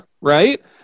Right